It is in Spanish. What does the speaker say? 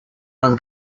los